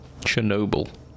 Chernobyl